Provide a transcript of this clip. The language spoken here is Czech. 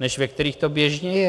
než ve kterých to běžně je.